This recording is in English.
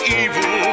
evil